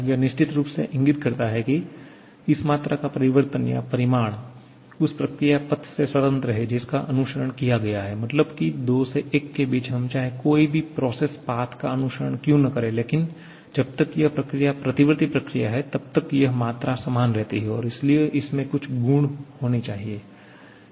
यह निश्चित रूप से इंगित करता है कि इस मात्रा का परिवर्तन या परिमाण उस प्रक्रिया पथ से स्वतंत्र है जिसका अनुसरण किया गया है मतलब की 2 से 1 के बीच हम चाहे कोई भी प्रोसेस पाथ का अनुसरण क्यू न करे लेकिन जब तक यह प्रक्रिया प्रतिवर्ती प्रक्रिया है तबतक यह मात्रा समान रहती है और इसलिए इसमें कुछ गुण होनी चाहिए